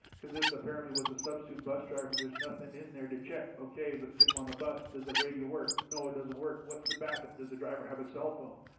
because this apparently was a substitute bus driver but there's nothing in there to check, okay let's get him on the bus does the radio work, no it doesn't work, what's the backup? does the driver have a cell phone,